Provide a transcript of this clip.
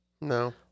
No